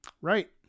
Right